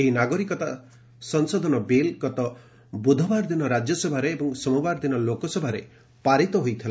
ଏହି ନାଗରିକତା ସଂଶୋଧନ ବିଲ ଗତ ବ୍ରଧବାରଦିନ ରାଜ୍ୟସଭାରେ ଏବଂ ସୋମବାର ଦିନ ଲୋକସଭାରେ ପାରିତ ହୋଇଥିଲା